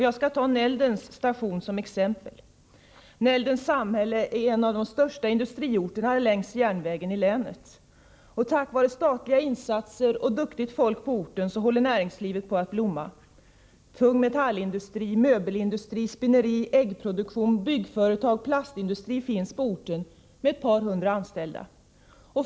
Jag skall ta Näldens station som exempel. Näldens samhälle är en av de största industriorterna längs järnvägen i länet. Tack vare statliga insatser och duktigt folk på orten blommar näringslivet. Tung metallindustri, möbelindustri, spinneri, äggproduktion, byggföretag och plastindustri med ett par hundra anställda finns på orten.